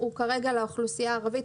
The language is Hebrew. כרגע הוא לאוכלוסייה הערבית.